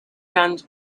guns